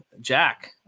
Jack